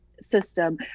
system